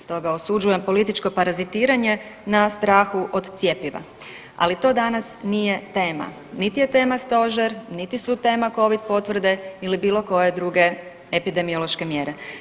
Stoga osuđujem političko parazitiranje na strahu od cjepiva, ali to danas nije tema, niti je tema stožer, niti su tema covid potvrde ili bilo koje druge epidemiološke mjere.